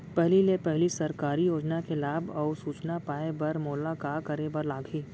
पहिले ले पहिली सरकारी योजना के लाभ अऊ सूचना पाए बर मोला का करे बर लागही?